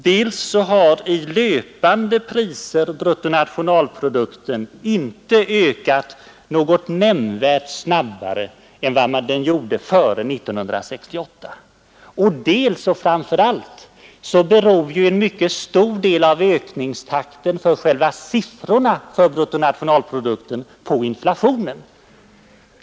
Dels har i löpande priser bruttonationalprodukten inte ökat nämnvärt snabbare än vad den gjorde före 1968, dels och framför allt beror ju ökningstakten för själva siffrorna i bruttonationalprodukten till mycket stor del på inflationen.